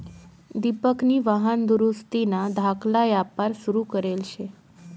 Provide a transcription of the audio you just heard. दिपकनी वाहन दुरुस्तीना धाकला यापार सुरू करेल शे